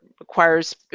requires